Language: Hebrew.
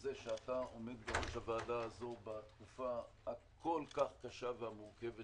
בזה שאתה עומד בראש הוועדה הזאת בתקופה הכל כך קשה ומורכבת